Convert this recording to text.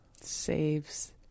Saves